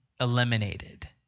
eliminated